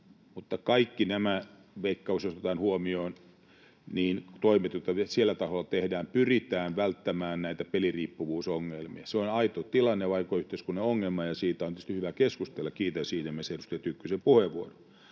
kaikki nämä Veikkauksen toimet, joita siellä taholla tehdään, siellä pyritään välttämään näitä peliriippuvuusongelmia. Se on aito tilanne, se on aito yhteiskunnallinen ongelma, ja siitä on tietysti hyvä keskustella. Kiitän siitä myös edustaja Tynkkysen puheenvuoroa.